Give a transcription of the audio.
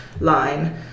line